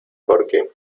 porque